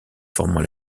formant